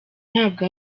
ntabwo